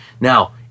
Now